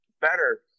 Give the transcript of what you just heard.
Better